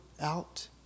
out